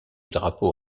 drapeau